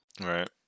Right